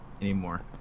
anymore